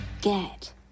Get